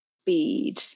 speed